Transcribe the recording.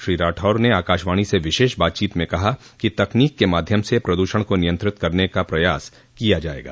श्री राठौर ने आकाशवाणी से विशेष बातचीत में कहा कि तकनीक के माध्यम से प्रदूषण को नियंत्रित करने का प्रयास किया जायेगा